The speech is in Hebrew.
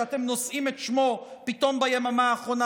שאתם נושאים את שמו פתאום ביממה האחרונה,